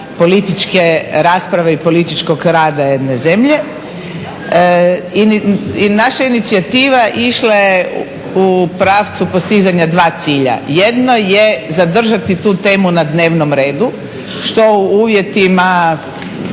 političke rasprave i političkog rada jedne zemlje i naša inicijativa išla je u pravcu postizanja dva cilja. Jedno je zadržati tu temu na dnevnom redu, što u uvjetima